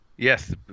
Yes